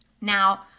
now